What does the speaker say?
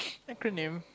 acronym